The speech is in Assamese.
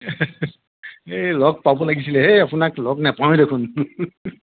সেই লগ পাব লাগিছিল সেই আপোনাক লগ নাপাওঁয়েই দেখোন